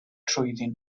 trwyddyn